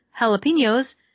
jalapenos